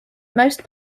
most